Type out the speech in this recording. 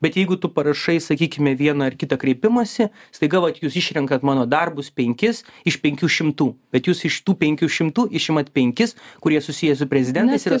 bet jeigu tu parašai sakykime vieną ar kitą kreipimąsi staiga vat jūs išrenkat mano darbus penkis iš penkių šimtų bet jūs iš tų penkių šimtų išimat penkis kurie susiję su prezidentas yra